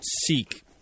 seek